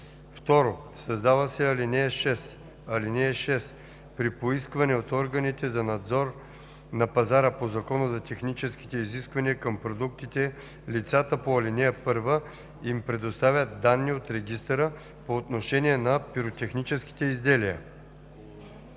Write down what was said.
2. Създава се ал. 6: „(6) При поискване от органите за надзор на пазара по Закона за техническите изисквания към продуктите лицата по ал. 1 им предоставят данни от регистъра по отношение на пиротехническите изделия.“